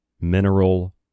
mineral